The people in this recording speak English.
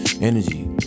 energy